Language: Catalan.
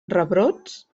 rebrots